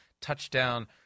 touchdown